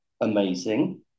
amazing